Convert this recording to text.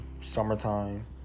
summertime